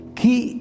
key